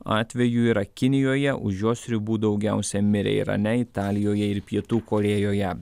atvejų yra kinijoje už jos ribų daugiausia mirė irane italijoje ir pietų korėjoje